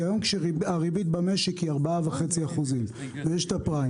כי היום כשהריבית במשק היא 4.5% ויש את הפריים,